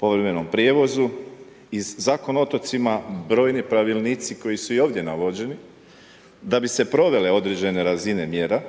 povremenom prijevozu i Zakon o otocima, brojni pravilnici koji su i ovdje navođeni, da bi se provele određene razine mjera